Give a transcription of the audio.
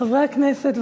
חברי הכנסת,